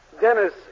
Dennis